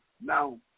now